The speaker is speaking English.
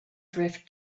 drift